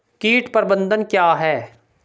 कीट प्रबंधन क्या है?